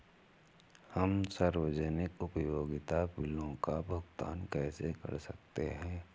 हम सार्वजनिक उपयोगिता बिलों का भुगतान कैसे कर सकते हैं?